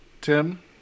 Tim